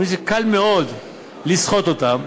יודעים שקל מאוד לסחוט אותם,